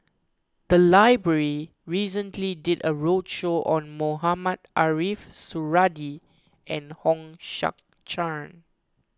the library recently did a roadshow on Mohamed Ariff Suradi and Hong Sek Chern